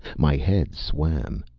my head swam.